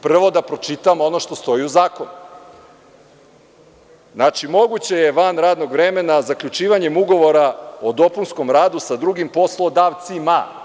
Prvo da pročitamo ono što stoji u zakonu – moguće je van radnog vremena zaključivanjem ugovora o dopunskom radu sa drugim poslodavcima.